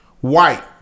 white